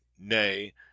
nay